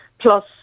Plus